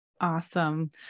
Awesome